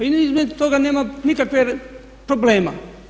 I između toga nema nikakve problema.